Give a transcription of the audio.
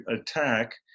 attack